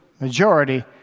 majority